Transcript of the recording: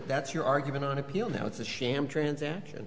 that's your argument on appeal that it's a sham transaction